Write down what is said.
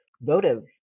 votive